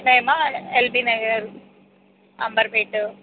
మేమా యల్బి నగర్ అంబర్పేట్